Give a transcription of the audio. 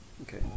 Okay